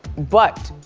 but,